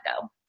go